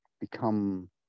become